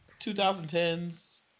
2010s